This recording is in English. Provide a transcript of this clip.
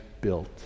built